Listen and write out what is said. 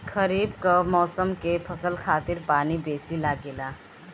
खरीफ कअ मौसम के फसल खातिर पानी बेसी लागेला